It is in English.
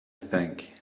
think